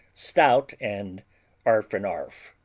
stout, and arf and arf.